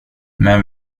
men